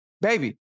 Baby